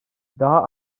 daha